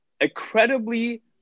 incredibly